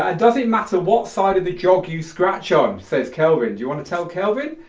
ah doesn't matter what side of the jog you scratch on says kelvin, do you want to tell kelvin?